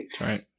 right